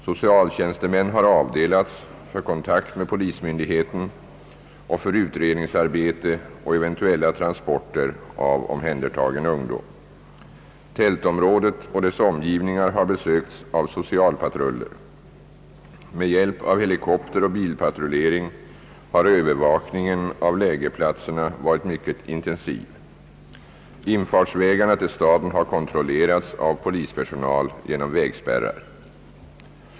Socialtjänstemän har avdelats för kontakt med polismyndigheten och för utrednings arbete och eventuellt transporter av omhändertagen. ungdom. Tältområdet och dess omgivningar har besökts av socialpatruller. Med hjälp av helikopter och bilpatrullering har övervakningen av lägerplatserna varit mycket intensiv. Infartsvägarna till staden har kontrollerats av polispersonal genom vägspärrar.